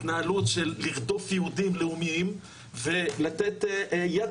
התנהלות של לרדוף יהודים לאומיים ולתת יד